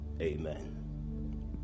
amen